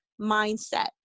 mindset